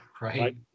Right